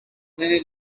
many